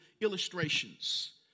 illustrations